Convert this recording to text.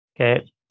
Okay